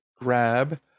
grab